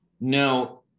Now